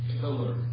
pillar